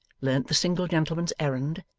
learnt the single gentleman's errand,